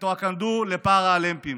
בטאקוונדו לפראלימפיים.